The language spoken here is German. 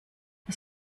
das